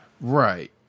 Right